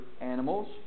animals